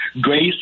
Grace